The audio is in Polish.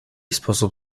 sposób